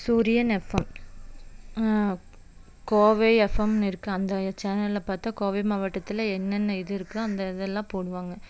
சூரியன் எஃப்எம் கோவை எஃப்எம்னு இருக்குது அந்த சேனலில் பார்த்தா கோவை மாவட்டத்தில் என்னென்ன இது இருக்கோ அந்த இதெல்லாம் போடுவாங்க